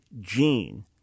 gene